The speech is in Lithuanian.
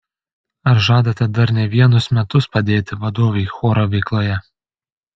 ar žadate dar ne vienus metus padėti vadovei choro veikloje